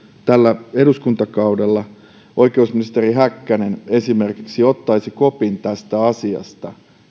tällä eduskuntakaudella esimerkiksi oikeusministeri häkkänen ottaisi kopin tästä asiasta